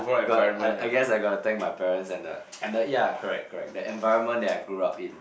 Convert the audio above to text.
right I I guess I got to thank my parents and the and the ya correct correct the environment that I grew up in